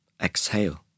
Exhale